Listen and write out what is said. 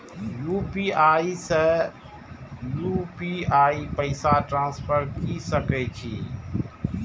UPI से UPI पैसा transfer की सके छी?